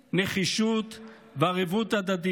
נחישות וערבות הדדית".